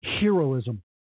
heroism